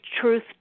truth